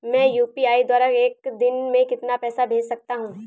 मैं यू.पी.आई द्वारा एक दिन में कितना पैसा भेज सकता हूँ?